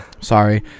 sorry